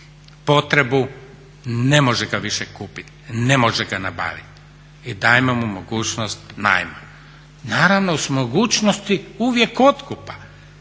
potrebu ne može ga više kupiti, ne može ga nabaviti i dajmo mu mogućnost najma, naravno uz mogućnost uvijek otkupa